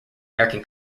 american